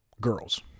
Girls